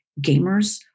gamers